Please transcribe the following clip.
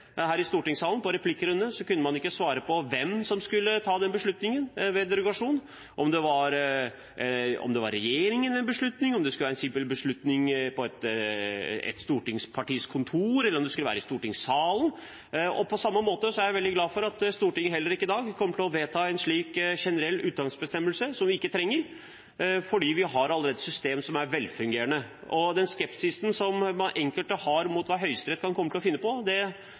Her i stortingssalen i replikkrunden kunne man ikke svare på hvem som skulle ta den beslutningen ved derogasjon, om det var regjeringen ved en beslutning, om det skulle være en simpel beslutning på et stortingspartis kontor, eller om det skulle være i stortingssalen. På samme måte er jeg veldig glad for at Stortinget heller ikke i dag kommer til å vedta en slik generell unntaksbestemmelse som vi ikke trenger, fordi vi allerede har et system som er velfungerende. Enkelte har en skepsis mot hva Høyesterett kan komme til å finne på. Det